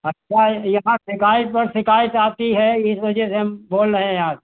अच्छा यहाँ शिकायत पर शिकायत आती है इस वजह से हम बोल रहे हैं आप से